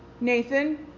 Nathan